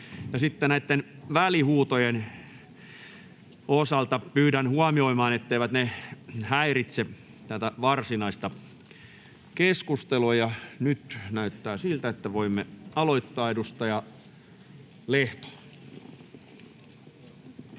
ministerille. Välihuutojen osalta pyydän huomioimaan, etteivät ne häiritse varsinaista keskustelua. Nyt näyttää siltä, että voimme aloittaa. Edustaja Lehto.